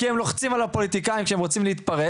כי הם לוחצים על הפוליטיקאים שהם רוצים להתפרס,